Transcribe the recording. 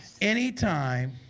anytime